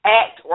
act